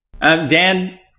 Dan